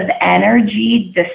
energy